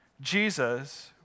Jesus